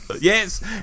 Yes